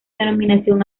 denominación